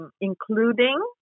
including